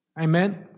Amen